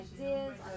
ideas